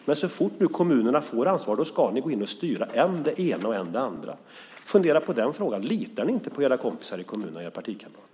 Men så fort kommunerna får ansvaret ska ni gå in och styra än det ena, än det andra. Fundera på den frågan! Litar ni alltså inte på era kompisar i kommunen och på era partikamrater?